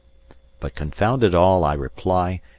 but, confound it all, i reply,